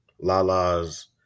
Lala's